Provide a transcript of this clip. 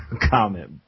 comment